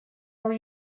are